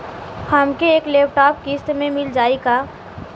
हमके एक लैपटॉप किस्त मे मिल जाई का?